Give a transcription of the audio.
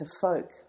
folk